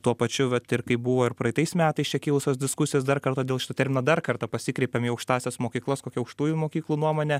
tuo pačiu vat ir kai buvo ir praeitais metais čia kilusios diskusijos dar kartą dėl šito termino dar kartą pasikreipėm į aukštąsias mokyklas kokia aukštųjų mokyklų nuomonė